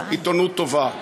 עיתונות טובה.